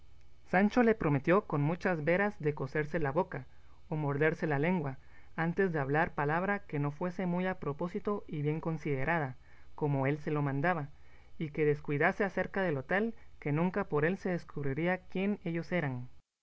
sancho le prometió con muchas veras de coserse la boca o morderse la lengua antes de hablar palabra que no fuese muy a propósito y bien considerada como él se lo mandaba y que descuidase acerca de lo tal que nunca por él se descubriría quién ellos eran